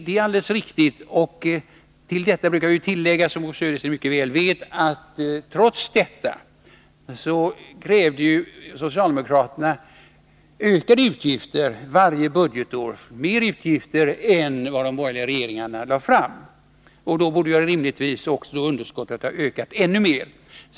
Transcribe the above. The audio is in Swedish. Det är alldeles riktigt, men till detta brukar vi, som Bo Södersten mycket väl vet, tillägga att socialdemokraterna trots detta varje budgetår krävde mer utgifter än vad de borgerliga regeringarna lade fram förslag om. Rimligtvis borde då underskottet ha ökat ännu mer om ni hade fått bestämma.